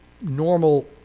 normal